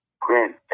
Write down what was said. Grant